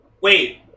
wait